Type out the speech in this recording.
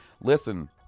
Listen